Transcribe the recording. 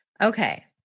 Okay